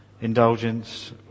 indulgence